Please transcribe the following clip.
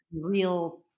real